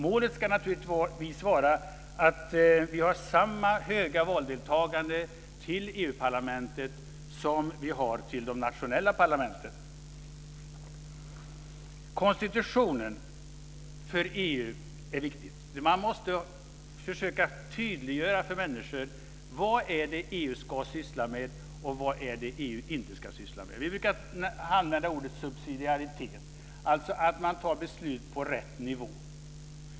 Målet ska naturligtvis vara att vi har samma höga valdeltagande till EU parlamentet som till de nationella parlamenten. Konstitutionen för EU är viktig. Man måste försöka tydliggöra för människor vad det är EU ska syssla med och vad EU inte ska syssla med. Vi brukar använda ordet subsidiaritet, alltså att fatta beslut på rätt nivå.